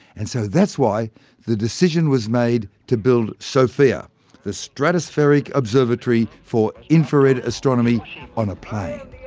and so that's why the decision was made to build sofia the stratospheric observatory for infrared astronomy on a plane.